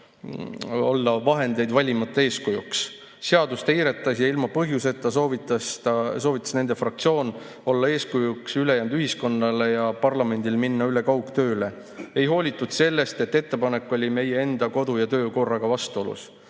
olla vahendeid valimata eeskujuks. Seadust eirates ja ilma põhjuseta soovitas nende fraktsioon olla eeskujuks ülejäänud ühiskonnale ja parlamendil minna üle kaugtööle. Ei hoolitud sellest, et ettepanek oli meie enda kodu‑ ja töökorraga vastuolus.